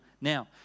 now